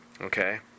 Okay